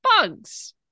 bugs